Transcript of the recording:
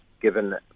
given